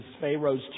Pharaoh's